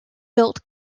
built